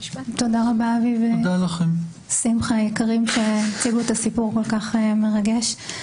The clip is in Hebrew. תודה אבי ושמחה שהציגו את הסיפור הכול כך מרגש.